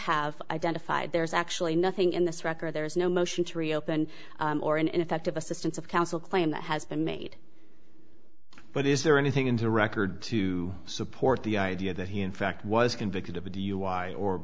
have identified there's actually nothing in this record there's no motion to reopen or an ineffective assistance of counsel claim that has been made but is there anything in the record to support the idea that he in fact was convicted of a d